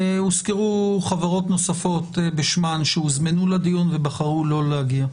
והוזכרו חברות נוספות בשמן שהוזמנו לדיון ובחרו לא להגיע.